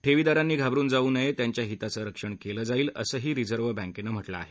ठेवीदारांनी घाबरून जाऊ नये त्यांच्या हिताचं रक्षण केलं जाईल असंही रिझर्व्ह बँकेनं म्हटलं आहे